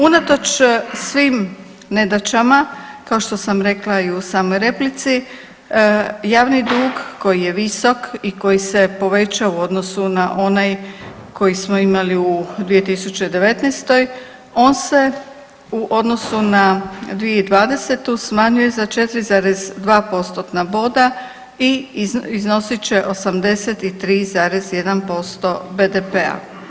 Unatoč svim nedaćama kao što sam rekla i u samoj replici javni dug koji je visok i koji se povećao u odnosu na onaj koji smo imali u 2019. on se u odnosu na 2020. smanjuje za 4,2%-tna boda i iznosit će 83,1% BDP-a.